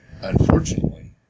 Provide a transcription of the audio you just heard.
unfortunately